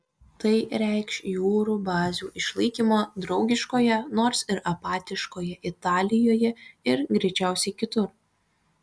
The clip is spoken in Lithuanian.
tai reikš jūrų bazių išlaikymą draugiškoje nors ir apatiškoje italijoje ir greičiausiai kitur